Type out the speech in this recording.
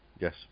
Yes